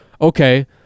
okay